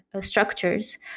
structures